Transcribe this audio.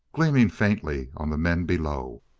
gleaming faintly on the men below.